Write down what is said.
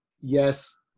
yes